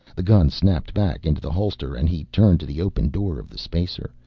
the gun snapped back into the holster and he turned to the open door of the spacer,